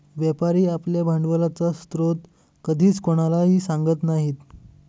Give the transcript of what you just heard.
व्यापारी आपल्या भांडवलाचा स्रोत कधीच कोणालाही सांगत नाही